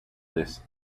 this